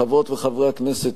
חברות וחברי הכנסת,